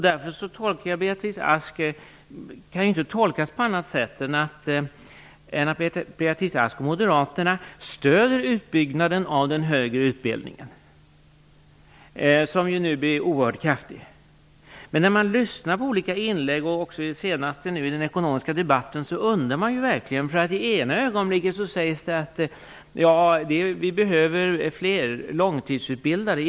Därför kan jag inte göra någon annan tolkning än att Beatrice Ask och Moderaterna stöder utbyggnaden av den högre utbildningen, som ju nu blir oerhört kraftig. Men när man lyssnar på olika inlägg, senast i den ekonomiska debatten, så undrar man ju verkligen, därför att i ena ögonblicket sägs det att vi behöver fler långtidsutbildade.